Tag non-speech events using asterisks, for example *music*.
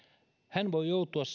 hän voi joutua *unintelligible*